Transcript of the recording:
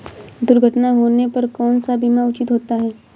दुर्घटना होने पर कौन सा बीमा उचित होता है?